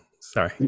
Sorry